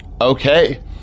Okay